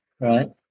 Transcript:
right